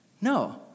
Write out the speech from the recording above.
No